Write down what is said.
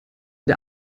der